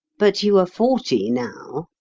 but you are forty now.